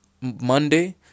Monday